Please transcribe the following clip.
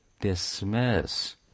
dismiss